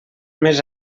més